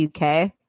uk